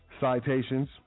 citations